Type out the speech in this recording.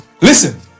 Listen